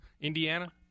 Indiana